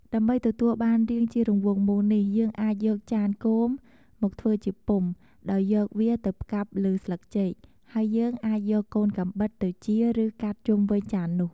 ដើម្បីទទួលបានរាងជារង្វង់មូលនេះ យើងអាចយកចានគោម មកធ្វើជាពុម្ព ដោយយកវាទៅផ្កាប់លើស្លឹកចេក ហើយយើងអាចយកកូនកាំបិតទៅជៀរ ឬកាត់ជុំវិញចាននោះ។